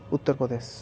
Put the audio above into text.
Uttar Pradesh